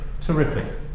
Terrific